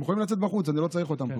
הם יכולים לצאת החוצה, אני לא צריך אותם פה.